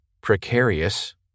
precarious